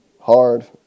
Hard